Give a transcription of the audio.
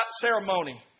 ceremony